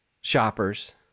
shoppers